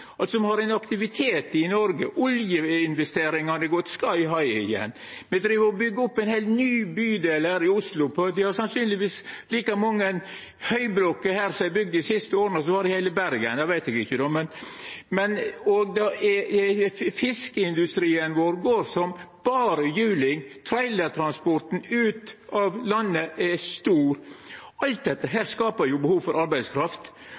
har aktivitet i Noreg: Oljeinvesteringane har gått «sky-high» igjen, og me driv og byggjer opp ein heilt ny bydel her i Oslo. Det er truleg bygd like mange høgblokkar her dei siste åra som i heile Bergen, men det veit eg ikkje. Fiskeindustrien vår går som berre juling, trailertransporten ut av landet er stor, og alt dette skapar behov for arbeidskraft.